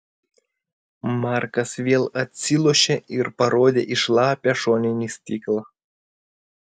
markas vėl atsilošė ir parodė į šlapią šoninį stiklą